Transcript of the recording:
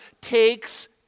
takes